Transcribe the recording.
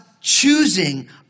choosing